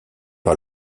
pas